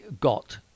got